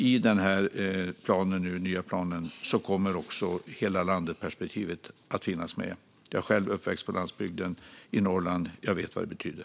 I denna nya plan kommer hela-landet-perspektivet att finnas med. Jag är själv uppväxt på landsbygden i Norrland. Jag vet vad det betyder.